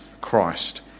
Christ